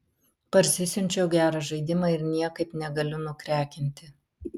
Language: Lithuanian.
parsisiunčiau gerą žaidimą ir niekaip negaliu nukrekinti